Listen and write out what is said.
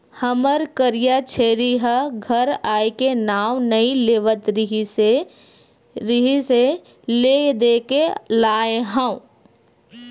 हमर करिया छेरी ह घर आए के नांव नइ लेवत रिहिस हे ले देके लाय हँव